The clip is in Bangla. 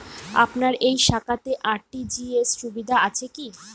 আপনার এই শাখাতে আর.টি.জি.এস সুবিধা আছে কি?